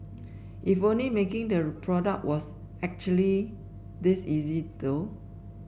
if only making the product was actually this easy though